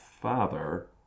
father